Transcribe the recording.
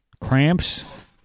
cramps